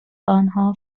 آنها